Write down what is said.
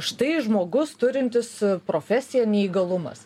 štai žmogus turintis profesiją neįgalumas